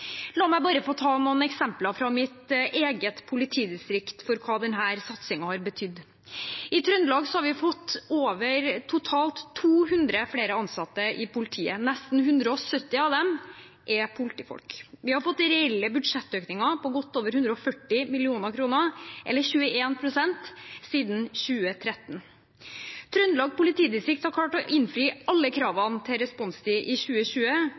La meg bare få ta noen eksempler fra mitt eget politidistrikt på hva denne satsingen har betydd. I Trøndelag har vi totalt fått over 200 flere ansatte i politiet, og nesten 170 av dem er politifolk. Vi har fått reelle budsjettøkninger på godt over 140 mill. kr, eller 21 pst., siden 2013. Trøndelag politidistrikt har klart å innfri alle kravene til responstid i 2020,